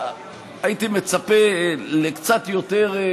לא במקרה נכנסה עכשיו חברת הכנסת יחימוביץ,